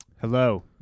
Hello